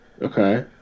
Okay